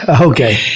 okay